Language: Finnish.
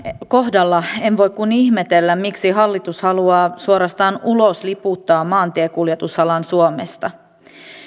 kohdalla en voi kuin ihmetellä miksi hallitus haluaa suorastaan ulosliputtaa maantiekuljetusalan suomesta